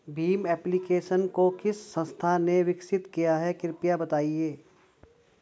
Bhim application को किस संस्था ने विकसित किया है कृपया बताइए?